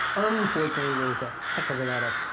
unfortunately, there's a heck of a lot of,